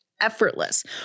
Effortless